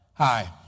Hi